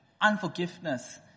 unforgiveness